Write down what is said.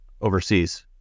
overseas